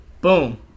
Boom